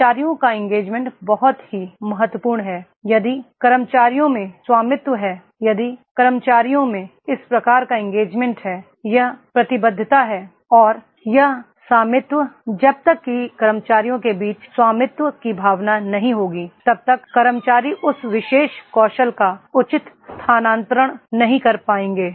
कर्मचारियों का इंगेजमेंट बहुत ही महत्वपूर्ण है यदि कर्मचारियों में स्वामित्व है यदि कर्मचारियों में इस प्रकार का इंगेजमेंट है यह प्रतिबद्धता है और यह सामित्व जब तक कि कर्मचारियों के बीच स्वामित्व की भावना नहीं होगी तब तक कर्मचारी उस विशेष कौशल का उचित हस्तांतरण नहीं कर पाएंगे